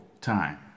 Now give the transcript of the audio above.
time